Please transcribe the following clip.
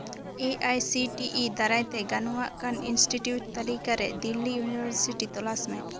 A I C T E ᱫᱟᱨᱟᱭᱛᱮ ᱜᱟᱱᱚᱜ ᱟᱜ ᱠᱟᱱ ᱤᱱᱥᱴᱤᱴᱤᱭᱩᱴ ᱛᱟᱹᱞᱤᱠᱟ ᱨᱮ ᱫᱤᱞᱞᱤ ᱤᱭᱩᱱᱤᱵᱷᱟᱨᱥᱤᱴᱤ ᱛᱚᱞᱟᱥ ᱢᱮ